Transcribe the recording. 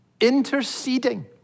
Interceding